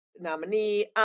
nominee